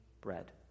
bread